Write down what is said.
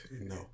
No